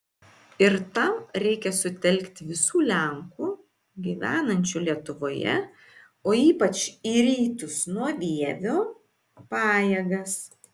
ir tam reikia sutelkti visų lenkų gyvenančių lietuvoje o ypač į rytus nuo vievio pajėgas